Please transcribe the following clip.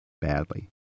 badly